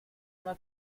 una